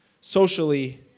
socially